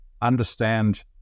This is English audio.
understand